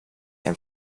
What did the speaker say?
and